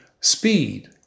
speed